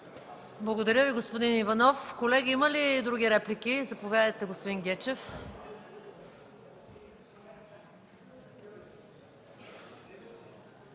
Благодаря Ви, господин Иванов. Колеги, има ли други реплики? Заповядайте, господин Гечев.